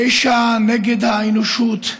פשע נגד האנושות,